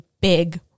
big